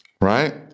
right